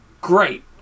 Great